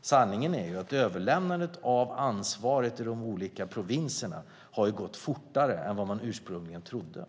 Sanningen är att överlämnandet av ansvaret till de olika provinserna har gått fortare än vad man ursprungligen trodde.